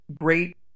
great